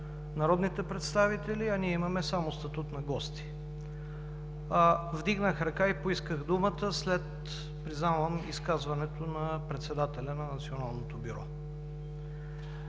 народните представители, а ние имаме само статут на гости. Вдигнах ръка и поисках думата след, признавам, изказването на председателя на Националното бюро.